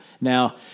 now